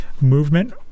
movement